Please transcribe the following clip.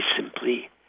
simply